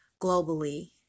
globally